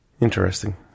Interesting